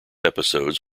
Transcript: episodes